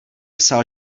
psal